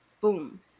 boom